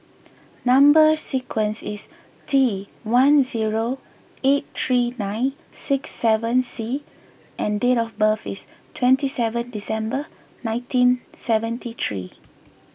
Number Sequence is T one zero eight three nine six seven C and date of birth is twenty seven December nineteen seventy three